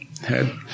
head